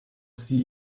sie